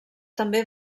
també